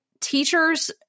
teachers